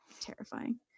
terrifying